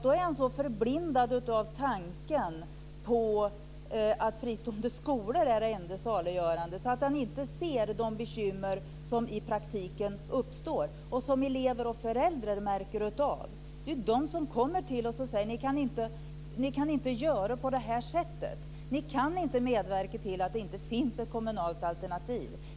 Då är han så förblindad av tanken på att fristående skolor är det enda saliggörande att han inte ser de bekymmer som uppstår och som elever och föräldrar känner. De kommer till oss och säger: Ni kan inte göra på det här sättet. Ni kan inte medverka till att det inte finns ett kommunalt alternativ.